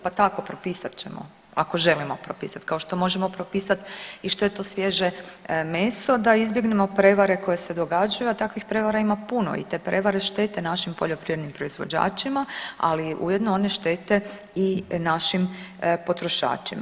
Pa tako propisat ćemo ako želimo propisati kao što možemo propisati i što je to svježe meso da izbjegnemo prevare koje se događaju, a takvih prevara ima puno i te prevare štete našim poljoprivrednim proizvođačima, ali ujedno one štete i našim potrošačima.